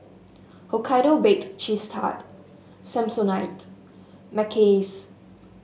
Hokkaido Baked Cheese Tart Samsonite Mackays